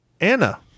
Anna